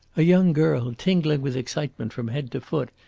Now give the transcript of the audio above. a young girl tingling with excitement from head to foot,